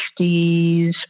60s